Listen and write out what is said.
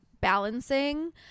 balancing